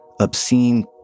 obscene